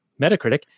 Metacritic